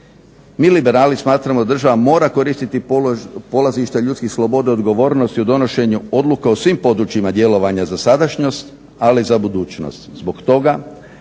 Mi Liberali smatramo da država mora koristit polazište ljudskih sloboda i odgovornosti u donošenju odluka o svim područjima djelovanja za sadašnjost, ali i za budućnost. Zbog toga,